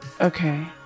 Okay